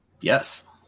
Yes